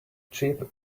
cheap